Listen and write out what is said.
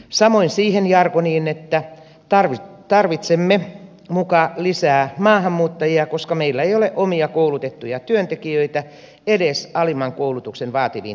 samoin siihen jargoniin että tarvitsemme muka lisää maahanmuuttajia koska meillä ei ole omia koulutettuja työntekijöitä edes alimman koulutuksen vaativiin tehtäviin